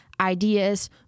Ideas